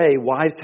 wives